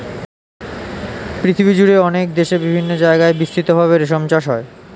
পৃথিবীজুড়ে অনেক দেশে বিভিন্ন জায়গায় বিস্তৃত ভাবে রেশম চাষ হয়